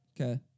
Okay